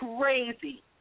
crazy